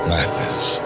Madness